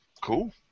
Cool